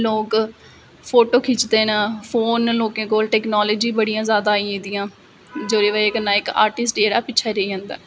लोक फोटो खिचदे ना फोन ना लोकें कोल टेक्नोलाॅजी बड़ियां ज्यादा आई गेदियां जेहदी बजह कन्नै इक आर्टिस्ट जेहड़ा ऐ पिच्छे रेही जंदा ऐ